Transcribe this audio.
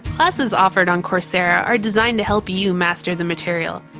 classes offered on coursera are designed to help you master the material,